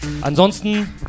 Ansonsten